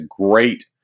great